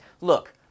look